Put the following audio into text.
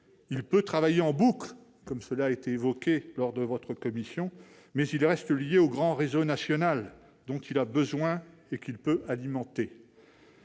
il peut travailler en boucle, comme certains l'ont évoqué en commission, mais il reste lié au grand réseau national, dont il a besoin ou qu'il peut alimenter.